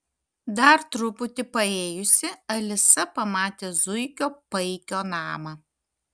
dar truputį paėjusi alisa pamatė zuikio paikio namą